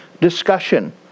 discussion